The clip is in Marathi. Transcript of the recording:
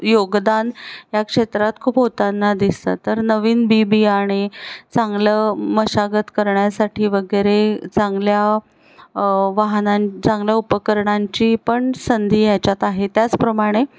योगदान ह्या क्षेत्रात खूप होताना दिसतं तर नवीन बी बीयाणे चांगलं मशागत करण्यासाठी वगैरे चांगल्या वाहनां चांगल्या उपकरणांची पण संधी याच्यात आहे त्याचप्रमाणे